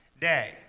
day